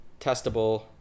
testable